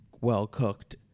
well-cooked